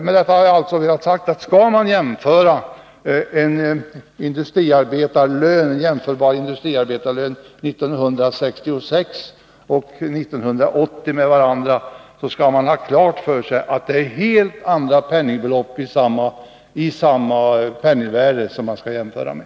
Med detta har jag alltså velat säga, att skall man jämföra en industriarbetarlön 1966 och 1980, skall man ha klart för sig att det är helt andra penningbelopp i samma penningvärde som man skall jämföra med.